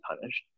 punished